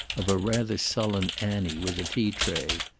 of a rather sullen annie with a tea tray.